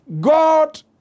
God